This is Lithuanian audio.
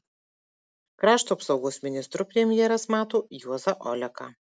krašto apsaugos ministru premjeras mato juozą oleką